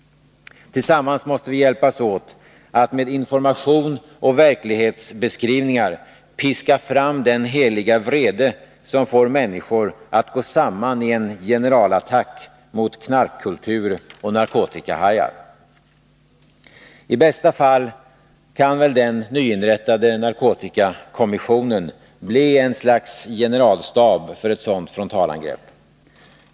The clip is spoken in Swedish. Tillsammans måste vi hjälpas åt att med information och verklighetsbeskrivningar piska fram den heliga vrede som får människor att gå samman i en generalattack mot knarkkultur och narkotikahajar. I bästa fall kan den nyinrättade narkotikakommissionen bli ett slags generalstab för ett sådant frontalangrepp.